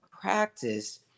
practice